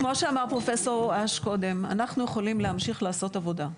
כמו שאמר פרופ' אש קודם: אנחנו יכולים להמשיך לעשות עבודה,